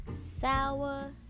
Sour